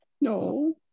No